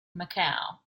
macau